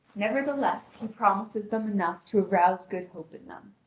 nevertheless, he promises them enough to arouse good hope in them.